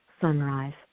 sunrise